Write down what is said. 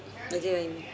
I get what you mean